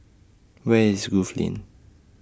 Where IS Grove Lane